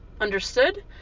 Understood